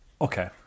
Okay